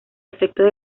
efectos